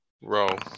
Roll